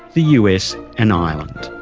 the us and ireland.